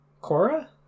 cora